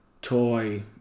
Toy